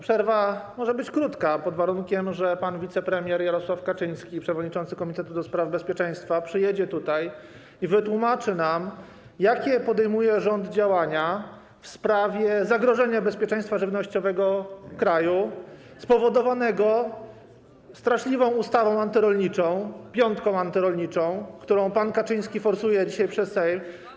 Przerwa może być krótka, pod warunkiem że pan wicepremier Jarosław Kaczyński, przewodniczący komitetu do spraw bezpieczeństwa, przyjedzie tutaj i wytłumaczy nam, jakie działania podejmuje rząd w sprawie zagrożenia bezpieczeństwa żywnościowego kraju spowodowanego straszliwą ustawą antyrolniczą, piątką antyrolniczą, którą pan Kaczyński forsuje dzisiaj przez Sejm.